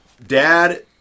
Dad